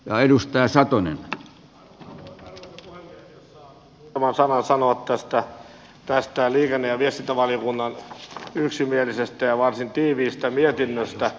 jos saan muutaman sanan sanoa tästä liikenne ja viestintävaliokunnan yksimielisestä ja varsin tiiviistä mietinnöstä